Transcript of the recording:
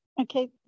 Okay